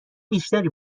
بیشتری